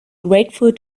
grateful